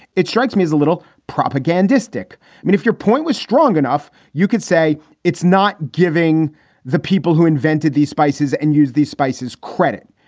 it strikes me as a little propagandistic. i mean, if your point was strong enough, you could say it's not giving the people who invented these spices and use these spices credit.